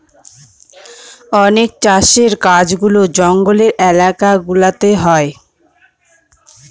অনেক চাষের কাজগুলা জঙ্গলের এলাকা গুলাতে হয়